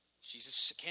Jesus